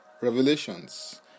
revelations